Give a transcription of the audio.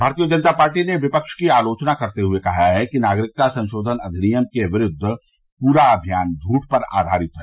भारतीय जनता पार्टी ने विपक्ष की आलोचना करते हुए कहा है कि नागरिकता संशोधन अधिनियम के विरूद्व पूरा अभियान झूठ पर आयारित है